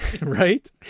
right